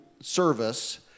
service